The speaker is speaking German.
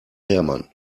hermann